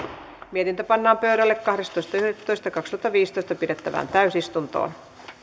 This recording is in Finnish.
mietintö pannaan pöydälle kahdestoista yhdettätoista kaksituhattaviisitoista pidettävään täysistuntoon